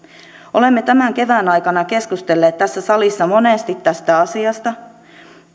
olemme tämän kevään aikana keskustelleet tässä salissa monesti tästä asiasta